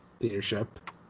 leadership